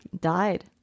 Died